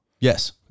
Yes